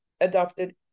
adopted